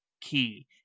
key